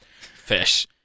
Fish